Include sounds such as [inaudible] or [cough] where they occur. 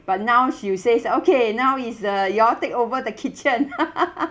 but now she will says okay now is the you all take over the kitchen [laughs]